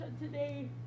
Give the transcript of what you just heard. today